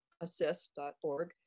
assist.org